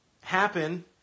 happen